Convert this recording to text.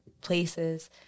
places